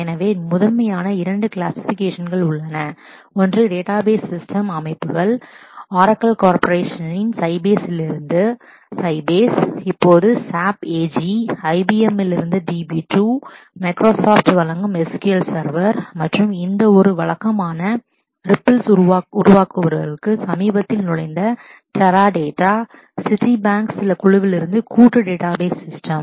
எனவே முதன்மையாக 2 கிளாஸ்சிபிகேஷன் உள்ளன ஒன்று டேட்டாபேஸ் ஸிஸ்டெம்ஸ் அமைப்புகள் ஆரக்கிள் கார்ப்பரேஷனின் சைபேஸிலிருந்து இப்போது SAP AG IBM இலிருந்து DB2 மைக்ரோசாப்ட் வழங்கும் SQL சர்வர் மற்றும் இந்த ஒரு வழக்கமான ரிப்பிள்ஸ் உருவாக்குபவருக்கு சமீபத்தில் நுழைந்த டெராடேட்டா இது ஒரு ஜாயிண்ட் டேட்டாபேஸ் சிஸ்டம்citi bank கால் டெக் மற்றும் சிட்டி பேங்க் குழுவின் டேட்டாபேஸ் சிஸ்டம்